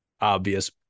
obvious